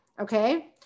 okay